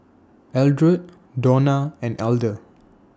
Eldred Dawna and Elder